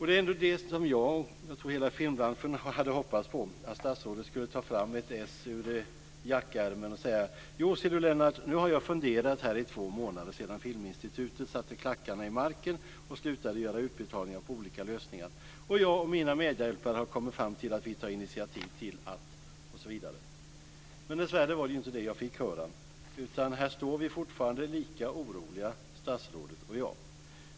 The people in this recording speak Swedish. Det som jag, och jag tror hela filmbranschen, hade hoppats på var att statsrådet skulle ta fram ett ess ur jackärmen och säga: Jo, ser du Lennart, nu har jag funderat här i två månader sedan Filminstitutet satte klackarna i marken och slutade göra utbetalningar för olika lösningar, och jag och mina medarbetare har kommit fram till att vi ska ta initiativ till osv. Men dessvärre var det inte detta som jag fick höra, utan här står vi fortfarande lika oroliga, statsrådet och jag.